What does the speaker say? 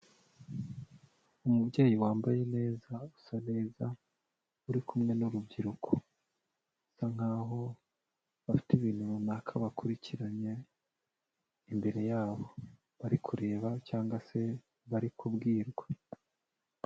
Umubyeyi wambaye neza, usa neza, uri kumwe n'urubyiruko. Bisa nk'aho bafite ibintu runaka bakurikiranye imbere yabo. Bari kureba cyangwa se bari kubwirwa.